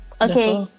Okay